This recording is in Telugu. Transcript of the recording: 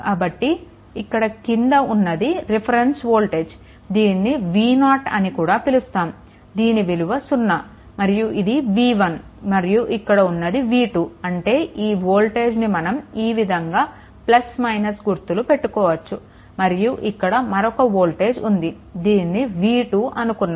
కాబట్టి ఇక్కడ క్రింద ఉన్నది రిఫరెన్స్ వోల్టేజ్ దీనిని v0 అని కూడా పిలుస్తాము దీని విలువ సున్నా మరియు ఇది v1 మరియు ఇక్కడ ఉన్నది v2 అంటే ఈ వోల్టేజ్ని మనం ఈ విధంగా గుర్తులు పెట్టుకోవచ్చు మరియు ఇక్కడ మరొక వోల్టేజ్ ఉంది దీనిని v2 అనుకున్నాము